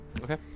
Okay